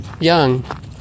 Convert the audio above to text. young